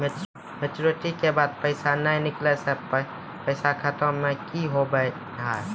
Maturity के बाद पैसा नए निकले से पैसा खाता मे की होव हाय?